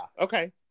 Okay